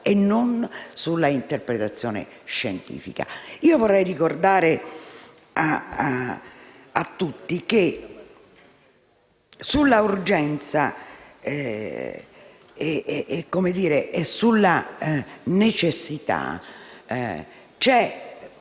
e non sull'interpretazione scientifica. Vorrei ricordare a tutti che sull'urgenza e sulla necessità c'è